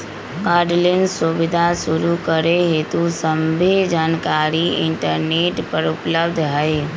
cardless सुबीधा शुरू करे हेतु सभ्भे जानकारीया इंटरनेट पर उपलब्ध हई